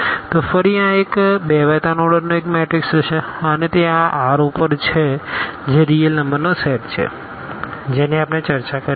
તો ફરી આ એક 2×3 ઓર્ડર નો એક મેટ્રિક્સ હશે અને તે આ R ઉપર છે જે રીઅલ નંબર નો સેટ છે જેની આપણે ચર્ચા કરીએ છે